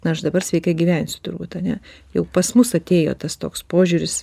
nu aš dabar sveikai gyvensiu turbūt ane jau pas mus atėjo tas toks požiūris